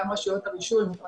גם מכוני בקרה,